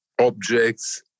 objects